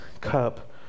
cup